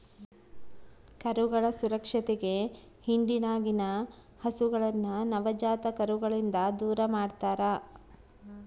ಕರುಗಳ ಸುರಕ್ಷತೆಗೆ ಹಿಂಡಿನಗಿನ ಹಸುಗಳನ್ನ ನವಜಾತ ಕರುಗಳಿಂದ ದೂರಮಾಡ್ತರಾ